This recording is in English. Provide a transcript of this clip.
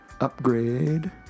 upgrade